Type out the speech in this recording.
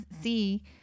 see